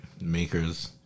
Makers